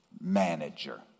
manager